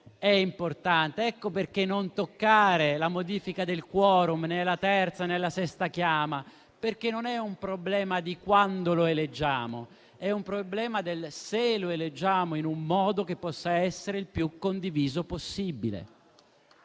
emendamento; ecco perché non toccare la modifica del *quorum* nella terza e nella sesta chiama. Non è un problema di quando lo eleggiamo: è un problema di eleggerlo in un modo che possa essere il più condiviso possibile.